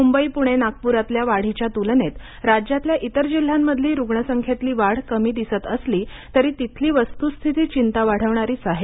मुंबई पुणे नागप्रातल्या वाढीच्या तुलनेत राज्यातल्या इतर जिल्ह्यांमधली रुग्णसंख्येतली वाढ कमी दिसत असली तरी तिथली वस्तूस्थिती चिंता वाढवणारीच आहे